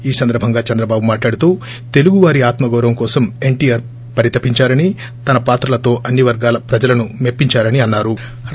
ఈ సందర్భంగా చంద్రబాబు మాట్లాడుతూ తెలుగువారి ఆత్మ గౌరవం కోసం ఎన్షీఆర్ పరితపించారని తన పాత్రలతో అన్ని వర్గాల ప్రజలను మెప్సించారని అన్నారు